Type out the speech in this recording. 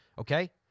Okay